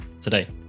today